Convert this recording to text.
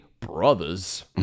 brothers